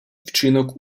вчинок